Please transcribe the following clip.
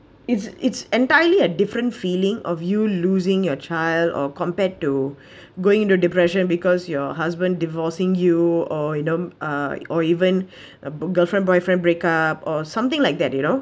it's it's entirely a different feeling of you losing your chil or compared to going into depression because your husband divorcing you or you know uh or even a girlfriend boyfriend break up or something like that you know